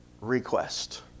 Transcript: request